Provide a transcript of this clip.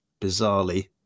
bizarrely